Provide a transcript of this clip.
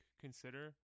consider